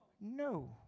No